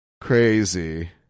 crazy